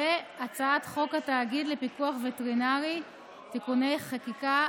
הצעת חוק התאגיד לפיקוח וטרינרי (תיקוני חקיקה),